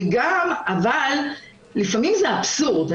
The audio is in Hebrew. אבל לפעמים זה אבסורד.